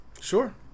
Sure